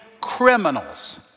criminals